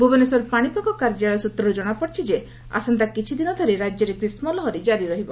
ଭୁବନେଶ୍ୱର ପାଣିପାଗ କାର୍ଯ୍ୟାଳୟ ସୂତ୍ରରୁ ଜଣାପଡ଼ିଛି ଯେ ଆସନ୍ତା କିଛି ଦିନ ଧରି ରାଜ୍ୟରେ ଗ୍ରୀଷ୍ମ ଲହରି କାରି ରହିବ